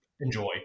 enjoy